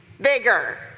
bigger